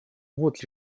вот